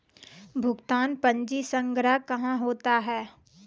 भुगतान पंजी संग्रह कहां होता हैं?